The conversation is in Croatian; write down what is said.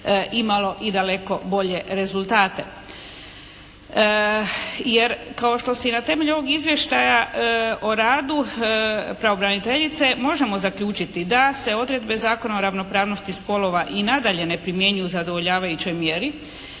imalo i daleko bolje rezultate. Jer kao što se i na temelju ovog izvještaja o radu pravobraniteljice možemo zaključiti da se odredbe Zakona o ravnopravnosti spolova i nadalje ne primjenjuju u zadovoljavajućoj mjeri